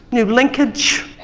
new linkage